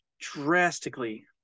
drastically